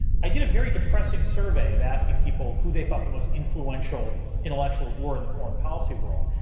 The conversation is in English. i did a very depressing survey of asking people who they thought the most influential intellectuals were in the foreign policy world.